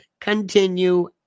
continue